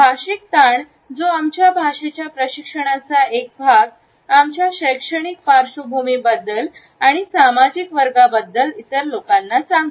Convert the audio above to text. भाषिक ताण जो आमच्या भाषेच्या प्रशिक्षणाचा एक भाग आमच्या शैक्षणिक पार्श्वभूमीबद्दल आणि सामाजिक वर्गाबद्दल इतर लोकांना सांगतो